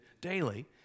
daily